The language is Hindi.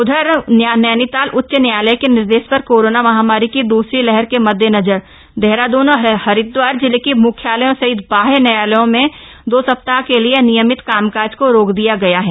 उधर नैनीताल उच्च न्यायालय के निर्देश पर कोरोना महामारी की दूसरी लहर के मद्देनजर देहरादून और हरिद्वार जिले के मुख्यालयों सहित बाह्य न्यायालयों में दो सप्ताह के लिए नियमित कामकाज को रोक दिया गया है